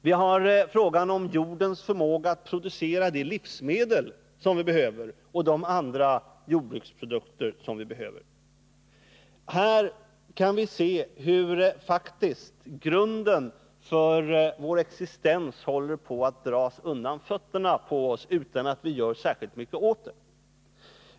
Vi har också frågan om jordens förmåga att producera de livsmedel och andra jordbruksprodukter som vi behöver. Här kan vi se hur grunden för vår existens faktiskt håller på att dras undan fötterna på oss utan att vi gör särskilt mycket åt det.